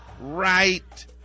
right